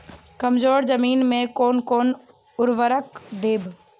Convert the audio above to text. कमजोर जमीन में कोन कोन उर्वरक देब?